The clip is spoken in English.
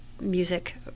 music